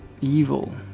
evil